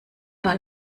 mal